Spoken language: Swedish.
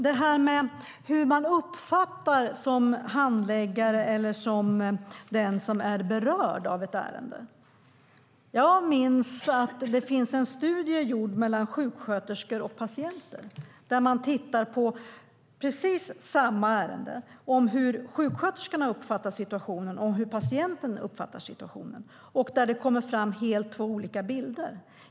Beträffande hur man som handläggare eller som berörd av ett ärende uppfattar det: Jag minns att det finns en studie av sjuksköterskor och patienter där man tittar på precis samma ärende - hur sjuksköterskan uppfattar situationen och hur patienten uppfattar situationen. Det kommer fram två helt olika bilder.